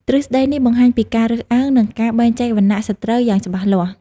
ទ្រឹស្តីនេះបង្ហាញពីការរើសអើង និងការបែងចែកវណ្ណៈសត្រូវយ៉ាងច្បាស់លាស់។